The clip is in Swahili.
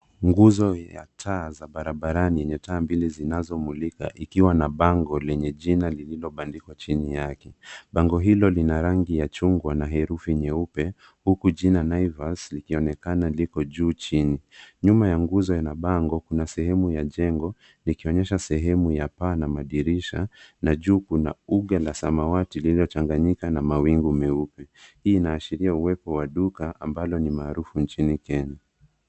Nguzo ya taa za barabarani yenye taa mbili zinazomuliza ikiwa na bango lenye jina lililobandikwa chini yake. Bango hilo lina rangi ya chungwa na herufi nyeupe huku jina Naivas likionekana liko juu chini. Nyuma ya nguzo na bango kuna sehemu ya jengo likionyesha sehemu ya paa na madirisha na juu kuna uga la samawati lililochanganyika na mawingu meupe. Hii inaashiria uwepo wa duka ambalo ni maarufu nchini Kenya.